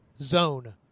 zone